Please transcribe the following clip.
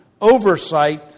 oversight